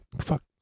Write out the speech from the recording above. fuck